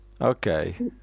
okay